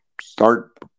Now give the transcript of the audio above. start